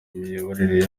imiyoborere